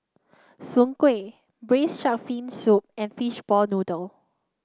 Soon Kway Braised Shark Fin Soup and Fishball Noodle